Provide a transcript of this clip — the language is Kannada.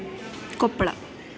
ಕೊಪ್ಪಳ